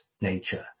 nature